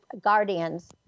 guardians